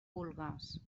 vulgues